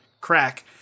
Crack